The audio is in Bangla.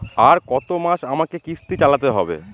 আর কতমাস আমাকে কিস্তি চালাতে হবে?